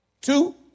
Two